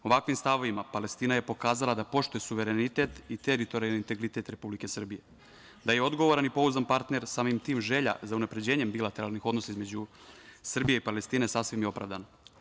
Ovakvim stavovima Palestina je pokazala da poštuje suverenitet i teritorijalni integritet Republike Srbije, da je odgovoran i pouzdan partner, samim tim želja za unapređenjem bilateralnih odnosa između Srbije i Palestine sasvim je opravdana.